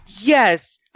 Yes